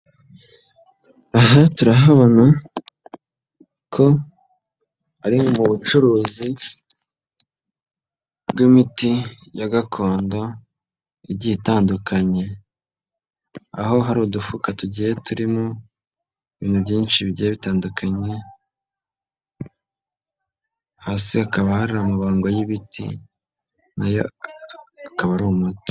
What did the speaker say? Aha turahabona ko ari mu bucuruzi bw'imiti ya gakondo, igiye itandukanye, aho hari udufuka tugiye turimo, ibintu byinshi bigiye bitandukanye, hasi hakaba hari amabangago y'ibiti nayo akaba ari umuti.